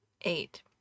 Eight